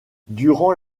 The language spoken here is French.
durant